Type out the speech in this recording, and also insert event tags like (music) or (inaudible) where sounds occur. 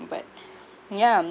but (breath) yeah